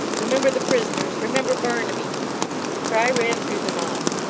remember the prisoners! remember barnaby the cry ran through the mob.